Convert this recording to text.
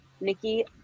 Nikki